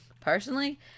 personally